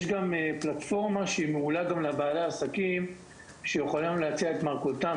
יש גם פלטפורמה מעולה לבעלי העסקים שיכולים להציע את מרכולתם,